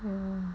嗯